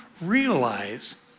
realize